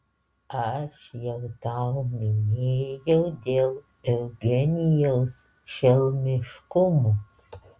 aš jau tau minėjau dėl eugenijaus šelmiškumo